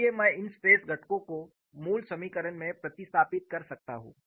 इसलिए मैं इन स्ट्रेस घटकों को मूल समीकरण में प्रतिस्तापित कर सकता हूं